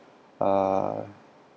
uh